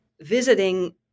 visiting